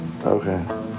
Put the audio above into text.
Okay